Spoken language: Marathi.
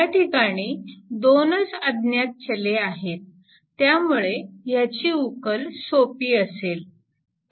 या ठिकाणी दोनच अज्ञात चले आहेत त्यामुळे याची उकल सोपी असेल